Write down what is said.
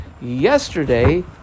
yesterday